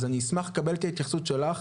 אשמח לקבל את ההתייחסות שלך,